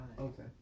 Okay